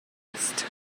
ist